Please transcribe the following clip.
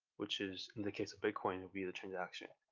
which is in the case of bitcoin will be the transaction,